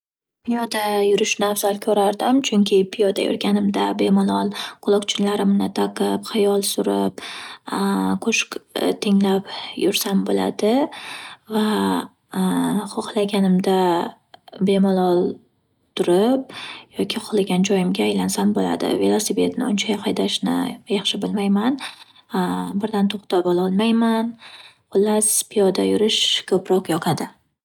Piyoda yurishni afzal ko'rardim, chunki piyoda yurganimda bemalol quloqchinlarimni taqib xayol surib qo'shiq tinglab yursam bo'ladi va xoxlaganimda bemalol turib yoki xoxlagan joyimga aylansam bo'ladi. Velosipedni uncha haydashni yaxshi bilmayman birdan to'xtab ololmayman. Xullas piyoda yurish ko'proq yoqadi.